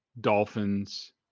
dolphins